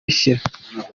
bishira